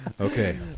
Okay